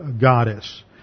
goddess